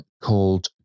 called